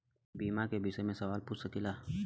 बीमा के विषय मे सवाल पूछ सकीलाजा?